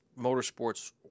motorsports